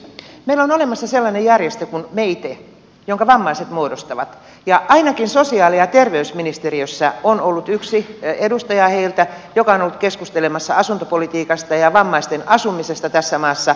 meillä on olemassa sellainen järjestö kun me itse jonka vammaiset muodostavat ja ainakin sosiaali ja terveysministeriössä on ollut heiltä yksi edustaja joka on ollut keskustelemassa asuntopolitiikasta ja vammaisten asumisesta tässä maassa